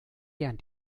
gern